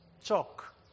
chalk